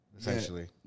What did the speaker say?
Essentially